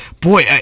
boy